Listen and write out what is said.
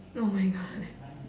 oh my god